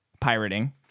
pirating